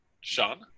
Sean